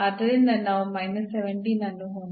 ಆದ್ದರಿಂದ ನಾವು 17 ಅನ್ನು ಹೊಂದಿದ್ದೇವೆ